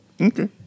Okay